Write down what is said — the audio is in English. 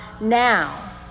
now